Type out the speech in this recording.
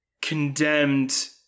condemned